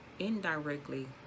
indirectly